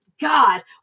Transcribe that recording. god